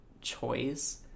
choice